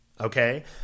okay